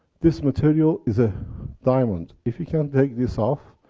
this material is a diamond, if you can take this off.